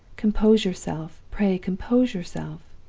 compose yourself pray, compose yourself